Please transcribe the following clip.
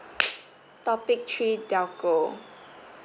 topic three telco